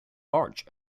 march